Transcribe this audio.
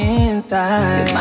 inside